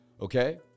Okay